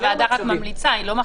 הוועדה רק ממליצה, היא לא מחליטה.